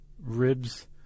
ribs